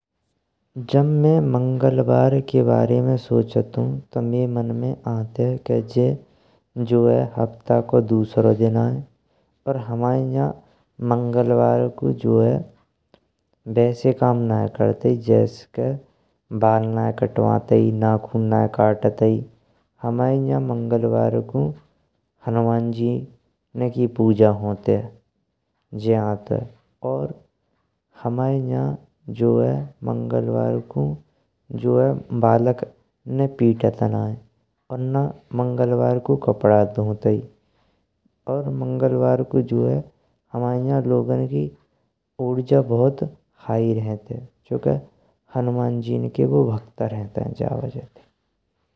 जब मैं मंगलवार के बारे में सोचंतु तो मैये मन में आंतैये के जे जो है हफ्ता को दुसरो दिना है। और हमाये नजा मंगलवार कू जो है वैस्से काम नई करतीयै जैस के बाल नये कटवंतै नखोन नये कट्टै हमाये नजा मंगलवार को हनुमान जी न की पूजा हॉन्तिये। और हमाये नजा जो है मंगलवार कू जो है बलाने ने पीतत नये और ना मंगलवार कू कपड़ा धोन्तैयै और मंगलवार कू जो है। हमाये नजा लोगों की उर्जा बहुत हाई रहन्तैये चूंकि हनुमान जी ने के बु भक्त रहन्तैये जा वजह ते।